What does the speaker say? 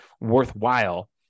worthwhile